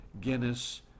Guinness